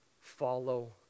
follow